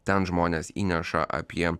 ten žmonės įneša apie